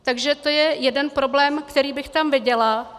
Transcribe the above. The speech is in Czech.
Takže to je jeden problém, který bych tam viděla.